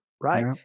right